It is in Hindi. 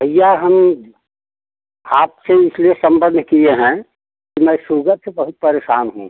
भैया हम आपसे इसलिए संबंध किए हैं कि मैं सुगर से बहुत परेशान हूँ